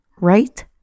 right